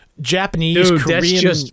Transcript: Japanese-Korean-